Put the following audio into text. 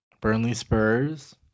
Burnley-Spurs